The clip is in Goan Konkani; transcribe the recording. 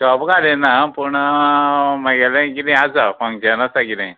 शॉप घाले ना पूण म्हागेले किदें आसा फंक्शन आसा किदें